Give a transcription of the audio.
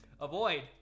Avoid